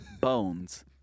Bones